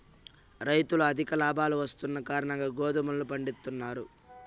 రైతులు అధిక లాభాలు వస్తున్న కారణంగా గోధుమలను పండిత్తున్నారు